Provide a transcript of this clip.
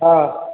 हँ